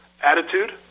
attitude